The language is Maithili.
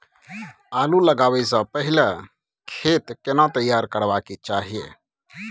आलू लगाबै स पहिले खेत केना तैयार करबा के चाहय?